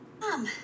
Mom